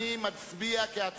נא להצביע.